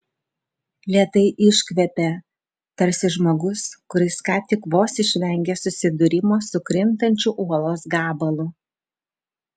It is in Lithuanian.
lėtai iškvėpė tarsi žmogus kuris ką tik vos išvengė susidūrimo su krintančiu uolos gabalu